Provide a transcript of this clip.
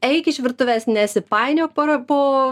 eik iš virtuvės nesipainiok para po